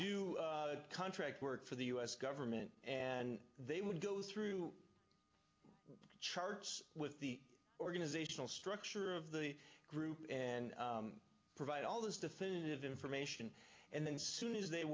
o contract work for the u s government and they would go through the charts with the organizational structure of the group and provide all this definitive information and then soon as they